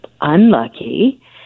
unlucky